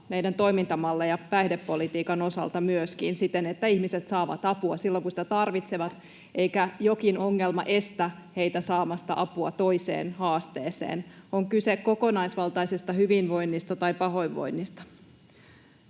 meidän toimintamallejamme myöskin päihdepolitiikan osalta siten, että ihmiset saavat apua silloin, kun sitä tarvitsevat, eikä jokin ongelma estä heitä saamasta apua toiseen haasteeseen. On kyse kokonaisvaltaisesta hyvinvoinnista tai pahoinvoinnista.